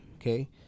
okay